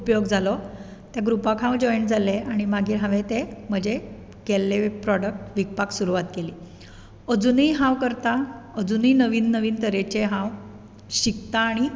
उपयोग जालो त्या ग्रूपाक हांव जोयन जालें आनी मागीर हांवें ते म्हजे केल्ले बी प्रोडाक्ट विकपाक सुरवात केली अजुनूय हांव करतां अजुनूय नवीन नवीन तरेचे हांव शिकतां आनी